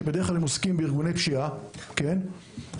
שבדרך כלל עוסקת בארגוני פשיעה חמורה,